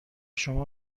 شما